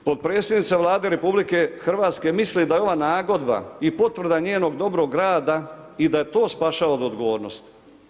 Potpredsjednica Vlade RH misli da je ova nagodba i potvrda njenog dobrog rada i da je to spašava od odgovornosti.